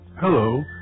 Hello